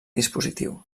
dispositiu